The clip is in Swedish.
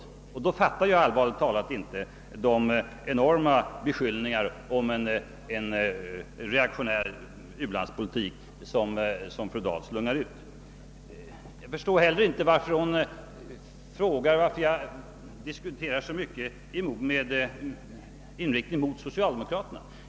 Mot denna bakgrund förstår jag allvarligt talat inte de enorma beskyllningar om en reaktionär u-landspolitik som fru Dahl slungar ut mot oss. Jag förstår inte heller varför fru Dahl frågar efter anledningen till att jag i så stor utsträckning diskuterar med inriktning mot socialdemokraterna.